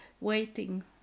waiting